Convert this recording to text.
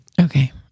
Okay